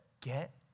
get